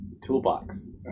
toolbox